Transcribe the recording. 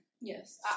Yes